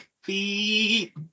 Feet